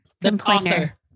complainer